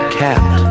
cat